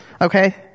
Okay